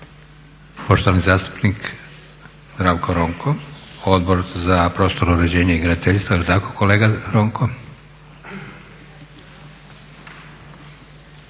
Poštovani zastupnik Zdravko Ronko, Odbor za prostorno uređenje i graditeljstvo jel tako kolega Ronko?